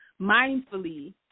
mindfully